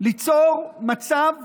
ליצור מצב